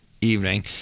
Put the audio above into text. evening